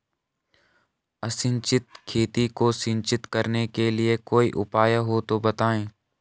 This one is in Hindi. असिंचित खेती को सिंचित करने के लिए कोई उपाय हो तो बताएं?